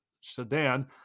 sedan